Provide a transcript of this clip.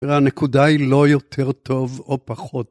הנקודה היא לא יותר טוב או פחות.